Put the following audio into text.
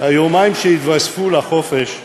היומיים שהתווספו לחופשה,